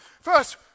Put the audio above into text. first